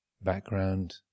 background